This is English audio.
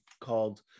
called